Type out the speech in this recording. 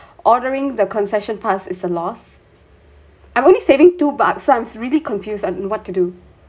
ordering the concession pass is a loss I'm only saving two bucks so I'm really confused on what to do